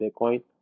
Bitcoin